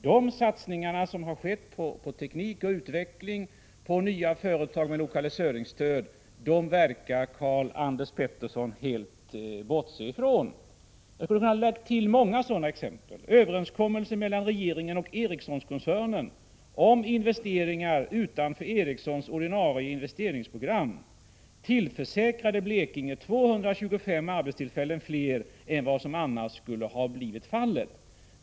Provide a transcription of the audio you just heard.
De satsningarna, som har skett på teknik och utveckling, på nya företag med lokaliseringsstöd, verkar Karl-Anders Petersson helt bortse från. Han kunde ha lagt till många sådana exempel. Överenskommelsen mellan regeringen och Ericssonkoncernen om investeringar utanför Ericssons ordinarie investeringsprogram tillförsäkrade Blekinge 225 arbetstillfällen mera än vad som annars hade blivit fallet.